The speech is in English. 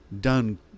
done